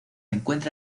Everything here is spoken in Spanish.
encuentra